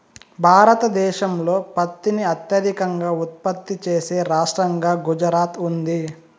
భారతదేశంలో పత్తిని అత్యధికంగా ఉత్పత్తి చేసే రాష్టంగా గుజరాత్ ఉంది